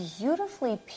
beautifully